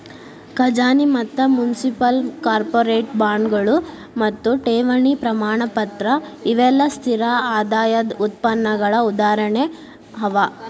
ಖಜಾನಿ ಮತ್ತ municipal, corporate ಬಾಂಡ್ಗಳು ಮತ್ತು ಠೇವಣಿ ಪ್ರಮಾಣಪತ್ರ ಇವೆಲ್ಲಾ ಸ್ಥಿರ ಆದಾಯದ್ ಉತ್ಪನ್ನಗಳ ಉದಾಹರಣೆ ಅವ